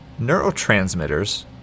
neurotransmitters